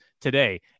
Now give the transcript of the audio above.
today